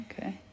okay